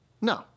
No